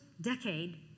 decade